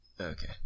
Okay